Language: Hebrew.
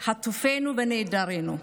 של חטופינו ונעדרינו.